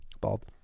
bald